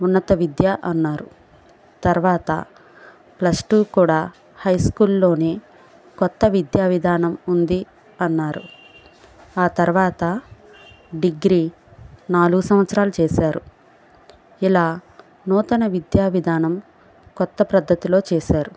ఉన్నత విద్య అన్నారు తర్వాత ప్లస్ టూ కూడా హై స్కూల్లోనే కొత్త విద్యా విధానం ఉంది అన్నారు ఆ తర్వాత డిగ్రీ నాలుగు సంవత్సరాలు చేశారు ఇలా నూతన విద్యా విధానం కొత్త ప్రద్ధతిలో చేశారు